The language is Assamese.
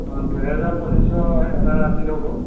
অঁ দুহেজাৰ পঁচিছশ এটা ৰাতিত হ'ব